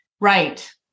Right